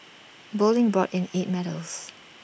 bowling brought in eight medals